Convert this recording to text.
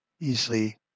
easily